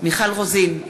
מיכל רוזין,